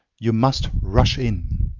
you must rush in.